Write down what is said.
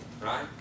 Right